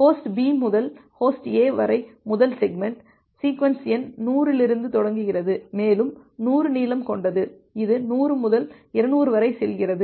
host B முதல் host A வரை முதல் செக்மெண்ட் சீக்வென்ஸ் எண் 100 இலிருந்து தொடங்குகிறது மேலும் 100 நீளம் கொண்டது இது 100 முதல் 200 வரை செல்கிறது